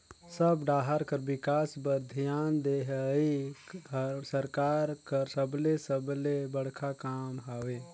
सब डाहर कर बिकास बर धियान देहई हर सरकार कर सबले सबले बड़खा काम हवे